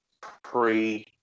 pre